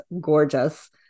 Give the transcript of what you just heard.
gorgeous